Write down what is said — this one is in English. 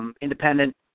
Independent